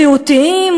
בריאותיים,